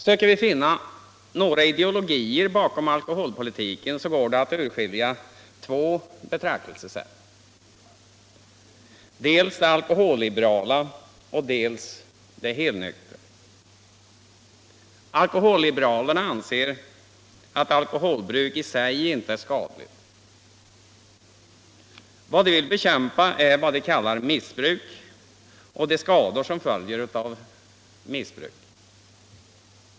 Söker vi finna några ideologier bakom alkoholpolitiken går det att urskilja två betraktelsesätt, dels det alkoholliberala, dels det helnyktra. Alkoholliberalerna anser att alkoholbruk i sig inte är skadligt. Det de vill bekämpa är vad de kallar missbruk och de skador som följer av missbruk.